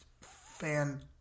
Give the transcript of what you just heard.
fan